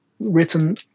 written